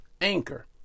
Anchor